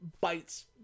bites